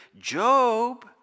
Job